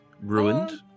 ruined